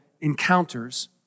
encounters